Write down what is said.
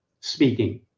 speaking